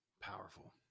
Powerful